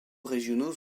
régionaux